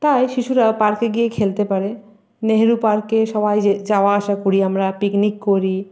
তাই শিশুরা পার্কে গিয়ে খেলতে পারে নেহেরু পার্কে সবাই যে যাওয়া আসা করি আমরা পিকনিক করি